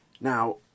Now